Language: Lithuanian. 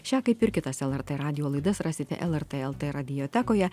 šią kaip ir kitas lrt radijo laidas rasite lrt lt radiotekoje